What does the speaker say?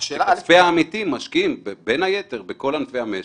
כספי העמיתים משקיעים בכל ענפי המשק,